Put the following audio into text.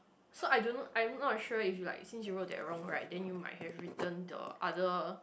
so I don't know I'm not sure if like since you wrote that wrong right then you might have written the other